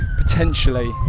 potentially